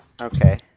Okay